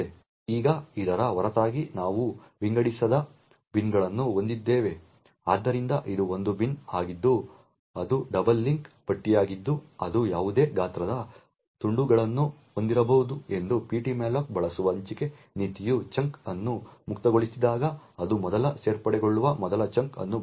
ಈಗ ಇದರ ಹೊರತಾಗಿ ನಾವು ವಿಂಗಡಿಸದ ಬಿನ್ಗಳನ್ನು ಹೊಂದಿದ್ದೇವೆ ಆದ್ದರಿಂದ ಇದು ಒಂದು ಬಿನ್ ಆಗಿದ್ದು ಅದು ಡಬಲ್ ಲಿಂಕ್ ಪಟ್ಟಿಯಾಗಿದ್ದು ಅದು ಯಾವುದೇ ಗಾತ್ರದ ತುಂಡುಗಳನ್ನು ಹೊಂದಿರಬಹುದು ಎಂದು ptmalloc ಬಳಸುವ ಹಂಚಿಕೆ ನೀತಿಯು ಚಂಕ್ ಅನ್ನು ಮುಕ್ತಗೊಳಿಸಿದಾಗ ಅದು ಮೊದಲು ಸೇರ್ಪಡೆಗೊಳ್ಳುವ ಮೊದಲ ಚಂಕ್ ಅನ್ನು ಬಳಸುವುದು